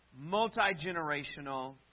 multi-generational